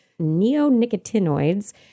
neonicotinoids